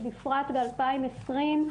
ובפרט ב-2020,